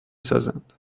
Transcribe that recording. سازند